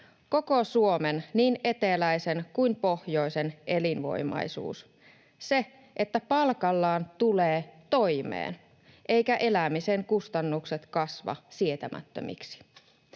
koko Suomen, niin eteläisen kuin pohjoisen, elinvoimaisuus. Se, että palkallaan tulee toimeen eivätkä elämisen kustannukset kasva sietämättömiksi.